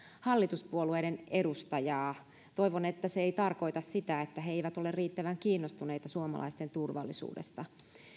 hallituspuolueiden edustajaa toivon että se ei tarkoita sitä että he eivät ole riittävän kiinnostuneita suomalaisten turvallisuudesta